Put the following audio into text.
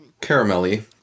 caramelly